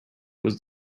was